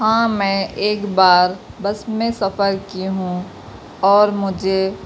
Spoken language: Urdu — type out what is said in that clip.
ہاں میں ایک بار بس میں سفر کی ہوں اور مجھے